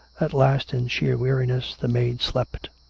at last, in sheer weariness, the maid slept.